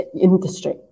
industry